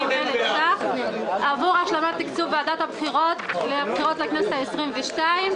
אלפי ש"ח עבור השלמת תקצוב ועדת הבחירות לבחירות לכנסת העשרים-ושתיים.